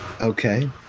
Okay